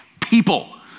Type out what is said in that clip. people